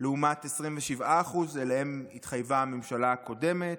לעומת 27%, שעליהם התחייבה הממשלה הקודמת.